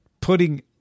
putting